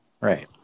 Right